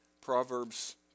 Proverbs